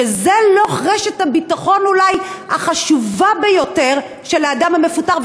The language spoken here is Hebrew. שזאת רשת הביטחון אולי החשובה ביותר של האדם המפוטר,